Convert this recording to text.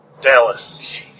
Dallas